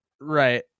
right